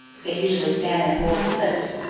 they usually stand in a bold cliff,